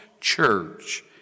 church